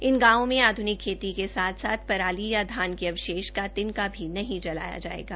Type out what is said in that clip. इन गांवों में आध्निक खेती के साथ साथ पराली या धान के अवशेष का तिनका भी नहीं जलाया जायेगा